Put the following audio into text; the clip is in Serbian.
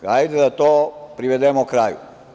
Hajde da to privedemo kraju.